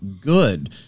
good